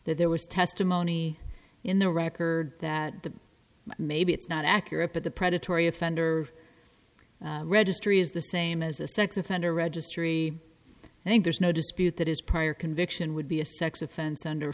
that there was testimony in the record that the maybe it's not accurate but the predatory offender registry is the same as a sex offender registry i think there's no dispute that his prior conviction would be a sex offense under